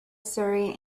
surrey